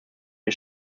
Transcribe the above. wir